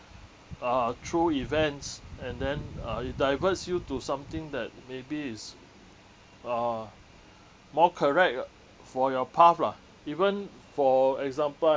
uh through events and then uh it diverts you to something that maybe is uh more correct for your path lah even for example